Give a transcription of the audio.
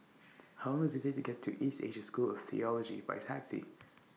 How Long Does IT Take to get to East Asia School of Theology By Taxi